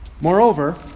Moreover